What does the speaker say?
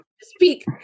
speak